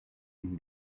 une